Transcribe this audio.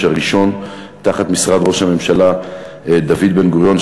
הראשון תחת משרד ראש הממשלה דוד בן-גוריון,